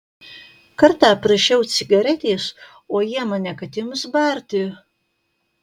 kartą prašiau cigaretės o jie mane kad ims barti